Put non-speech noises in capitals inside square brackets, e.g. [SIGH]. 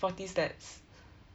forty stats [BREATH]